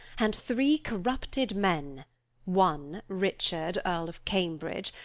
and three corrupted men one, richard earle of cambridge,